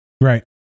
Right